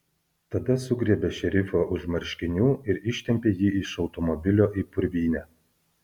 tada sugriebė šerifą už marškinių ir ištempė jį iš automobilio į purvynę